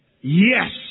Yes